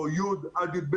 או י'-י"ב,